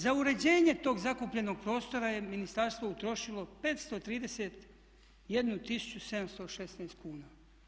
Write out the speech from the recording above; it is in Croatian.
Za uređenje tog zakupljenog prostora je ministarstvo utrošilo 531716 kn.